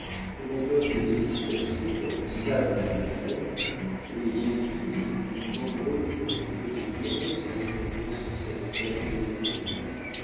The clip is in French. que mon peuple était dispersé comme le sable des déserts que les yengeese plus nombreux que les feuilles des forêts se répandaient sur cette terre désolée